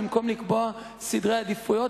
במקום לקבוע סדר עדיפויות.